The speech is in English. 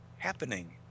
happening